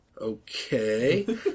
Okay